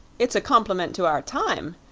it's a compliment to our time!